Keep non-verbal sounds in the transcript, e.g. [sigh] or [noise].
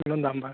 [unintelligible]